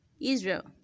israel